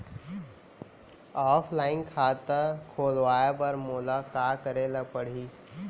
Offline खाता खोलवाय बर मोला का करे ल परही?